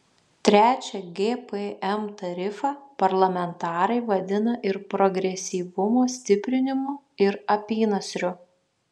trečią gpm tarifą parlamentarai vadina ir progresyvumo stiprinimu ir apynasriu